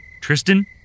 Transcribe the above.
Tristan